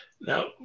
Now